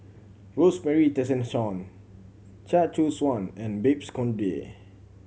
Rosemary Tessensohn Chia Choo Suan and Babes Conde